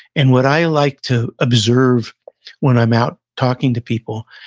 and what i like to observe when i'm out talking to people,